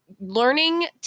learning